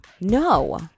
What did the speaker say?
No